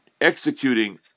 executing